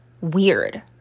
weird